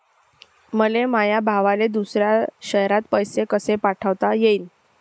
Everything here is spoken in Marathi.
मले माया भावाले दुसऱ्या शयरात पैसे कसे पाठवता येईन?